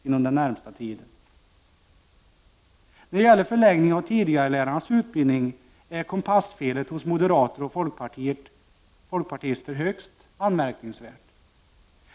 I fråga om förlängningen av tidigarelärarnas utbildning är ”kompassfelet” hos moderater och folkpartister högst anmärkningsvärt.